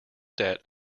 debt